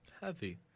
Heavy